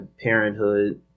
parenthood